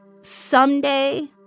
someday